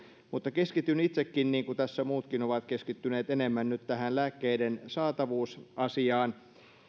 mutta keskityn itsekin niin kuin tässä muutkin ovat keskittyneet enemmän nyt tähän lääkkeiden saatavuusasiaan